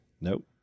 Nope